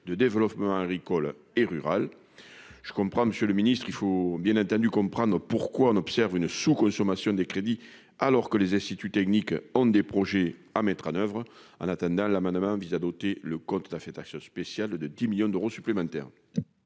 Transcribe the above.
de développement agricole et rural, je comprends monsieur le ministre, il faut bien entendu comprendre pourquoi on observe une sous-consommation des crédits alors que les instituts techniques ont des projets à mettre en oeuvre, en attendant l'amendement vise à doter le compte, ça fait tache spéciale de 10 millions d'euros supplémentaires.